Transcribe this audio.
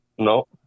No